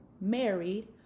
married